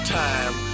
time